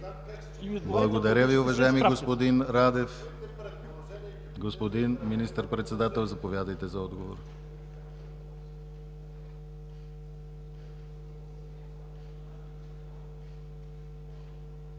Благодаря Ви, уважаеми господин Радев. Господин Министър-председател, заповядайте за отговор.